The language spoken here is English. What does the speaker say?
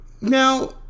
Now